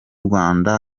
rwanda